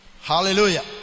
hallelujah